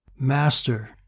Master